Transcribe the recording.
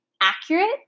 accurate